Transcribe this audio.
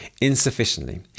insufficiently